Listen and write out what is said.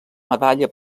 medalla